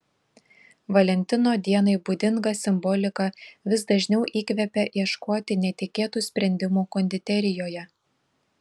valentino dienai būdinga simbolika vis dažniau įkvepia ieškoti netikėtų sprendimų konditerijoje